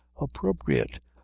appropriate